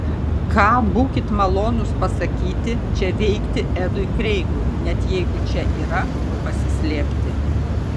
ką būkit malonūs pasakyti čia veikti edui kreigui net jeigu čia yra kur pasislėpti